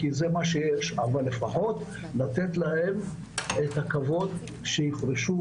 אבל לפחות לתת להן את הכבוד לאלה שרוצות,